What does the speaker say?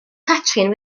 catrin